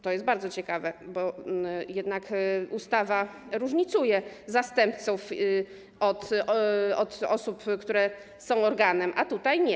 To jest bardzo ciekawe, bo jednak ustawa różnicuje zastępców i osoby, które są organem, a tutaj nie.